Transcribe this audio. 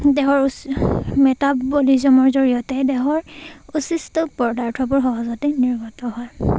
দেহৰ উচ্চ মেতাপলিজিমৰ জৰিয়তে দেহৰ উচিষ্ট পদাৰ্থবোৰ সহজতে নিৰ্গত হয়